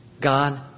God